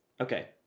Okay